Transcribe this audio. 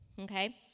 Okay